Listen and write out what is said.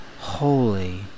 holy